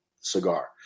cigar